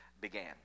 began